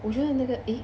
我觉得那个 eh